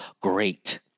great